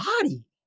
body